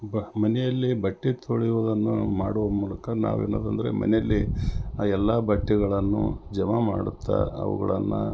ಬ ಮನೆಯಲ್ಲಿ ಬಟ್ಟೆ ತೊಳೆಯುವುದನ್ನು ನಾವು ಮಾಡುವ ಮೂಲಕ ನಾವೇನಂದ್ರೆ ಮನೆಯಲ್ಲಿ ಎಲ್ಲ ಬಟ್ಟೆಗಳನ್ನು ಜಮಾ ಮಾಡುತ್ತ ಅವುಗಳನ್ನು